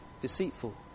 deceitful